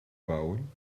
bouwen